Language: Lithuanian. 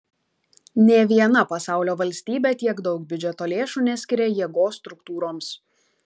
nė viena pasaulio valstybė tiek daug biudžeto lėšų neskiria jėgos struktūroms